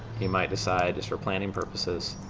you might decide just for planning purposes